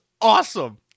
awesome